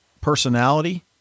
personality